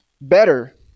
better